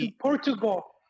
portugal